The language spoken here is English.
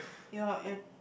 your your